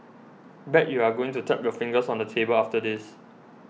bet you're going to tap your fingers on the table after this